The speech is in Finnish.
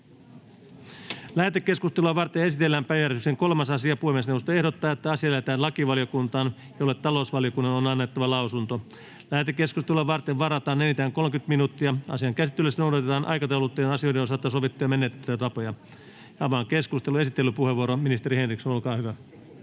Lähetekeskustelua varten esitellään päiväjärjestyksen 3. asia. Puhemiesneuvosto ehdottaa, että asia lähetetään lakivaliokuntaan, jolle talousvaliokunnan on annettava lausunto. Lähetekeskustelua varten varataan enintään 30 minuuttia. Asian käsittelyssä noudatetaan aikataulutettujen asioiden osalta sovittuja menettelytapoja. — Avaan keskustelun. Esittelypuheenvuoro, ministeri Henriksson, olkaa hyvä.